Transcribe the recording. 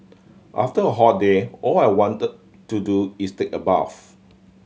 after a hot day all I want to do is take a bath